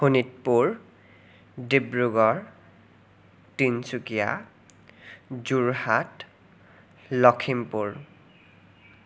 Sonitpur Dibrugarh Tinsukia Jorhat Lakhimpur